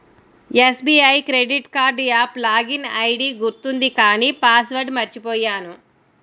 SBI credit card app login ID గుర్తుంది కానీ password మర్చిపొయ్యాను